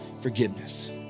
forgiveness